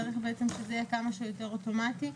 צריך שזה יהיה כמה שיותר אוטומטי.